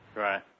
right